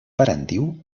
parentiu